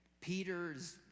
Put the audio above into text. Peter's